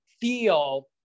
feel